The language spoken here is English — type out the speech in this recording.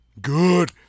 Good